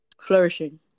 Flourishing